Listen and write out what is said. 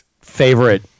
favorite